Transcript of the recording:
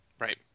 Right